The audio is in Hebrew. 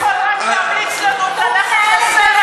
אורשר יכול רק להמליץ לנו אם ללכת לסרט,